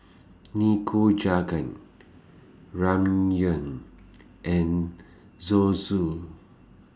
Nikujaga Ramyeon and Zosui